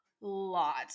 lot